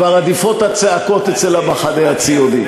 אני, אני, כבר עדיפות הצעקות אצל המחנה הציוני.